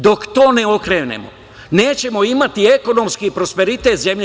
Dok to ne okrenemo, nećemo imati ekonomski prosperitet zemlje.